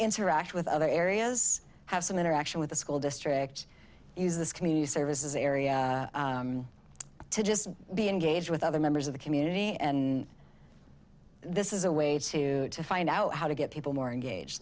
interact with other areas have some interaction with the school district is this community services area to just be engage with other members of the community and this is a way to find out how to get people more engaged